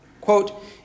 quote